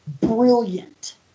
brilliant